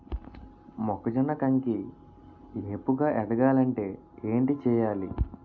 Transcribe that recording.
మొక్కజొన్న కంకి ఏపుగ ఎదగాలి అంటే ఏంటి చేయాలి?